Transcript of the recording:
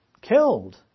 killed